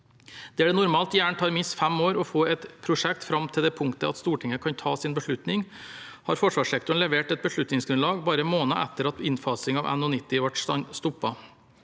Der det normalt gjerne tar minst fem år å få et prosjekt fram til det punktet at Stortinget kan ta sin beslutning, har forsvarssektoren levert et beslutningsgrunnlag bare måneder etter at innfasingen av NH90 ble stoppet.